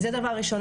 זה הדבר הראשון.